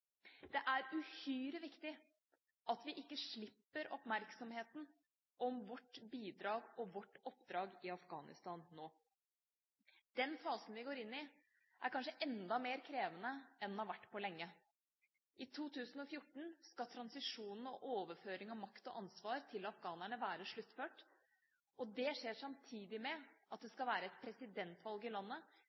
Det er uhyre viktig at vi ikke slipper oppmerksomheten om vårt bidrag og vårt oppdrag i Afghanistan nå. Den fasen vi går inn i, er kanskje enda mer krevende enn den har vært på lenge. I 2014 skal transisjon og overføring av makt og ansvar til afghanerne være sluttført, og det skjer samtidig med at det skal være et presidentvalg i landet.